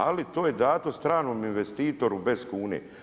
Ali to je dato stranom investitoru bez kune.